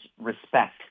respect